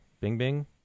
Bing-Bing